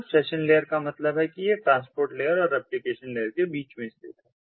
तो session layer का मतलब है कि यह ट्रांसपोर्ट लेयर और एप्लीकेशन लेयर के बीच में स्थित है